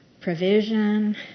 provision